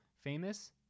famous